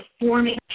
performing